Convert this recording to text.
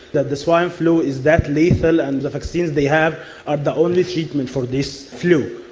that the swine flu is that lethal and the vaccines they have are the only treatment for this flu.